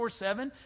24-7